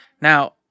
Now